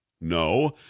No